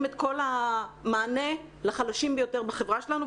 את כל המענה לחלשים ביותר בחברה שלנו,